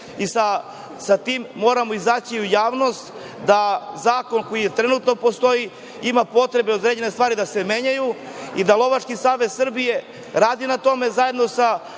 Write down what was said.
i sa tim moramo izaći u javnost, da u zakonu koji trenutno postoji ima potrebe određene stvari da se menjaju i da Lovački savez Srbije radi na tome zajedno sa